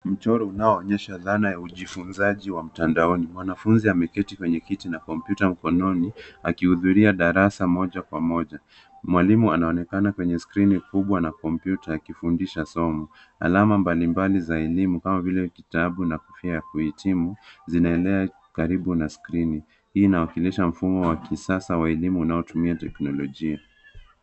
Mchoro unaoonyesha dhana ya ujifunzaji wa mtandaoni. Mwanafunzi ameketi kwenye kiti na kompyuta mkononi akihudhuria darasa moja kwa moja. Mwalimu anaonekana kwenye skrini kubwa na kompyuta akifundisha somo. Alama mbalimbali za elimu kama vile kitabu na kofia ya kuhitimu zinaelea karibu na skrini. Hii inawakilisha mfumo wa kisasa wa elimu unaotumia teknoloj...